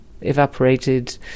evaporated